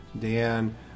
Dan